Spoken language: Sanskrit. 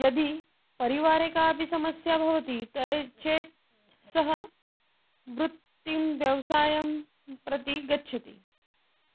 यदि परिवारे कापि समस्या भवति त चेत् सः वृत्तिं व्यवसायं प्रति गच्छति